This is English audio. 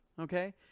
Okay